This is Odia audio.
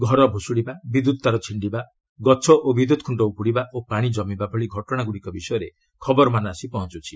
ଘର ଭୁଷୁଡ଼ିବା ବିଦ୍ୟୁତ୍ ତାର ଛିଣ୍ଡିବା ଗଛ ଓ ବିଦ୍ୟୁତ୍ ଖୁଙ୍କ ଉପୁଡ଼ିବା ଓ ପାଣି କମିବା ଭଳି ଘଟଣାଗୁଡ଼ିକ ବିଷୟରେ ଖବରମାନ ଆସି ପହଞ୍ଚୁଛି